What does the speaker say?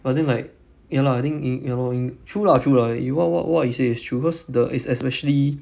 but then like ya lah I think eng~ ya lor eng~ true lah true lah you what what what you say is true cause the it's especially